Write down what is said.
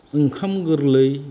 ओंखाम गोरलै